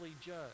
judge